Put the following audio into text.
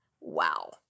Wow